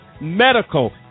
medical